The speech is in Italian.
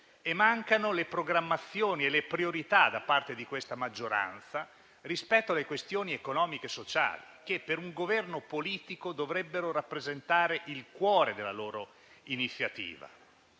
e mancano le programmazioni e le priorità da parte di questa maggioranza rispetto alle questioni economiche e sociali, che, per un Governo politico, dovrebbero rappresentare il cuore della propria iniziativa.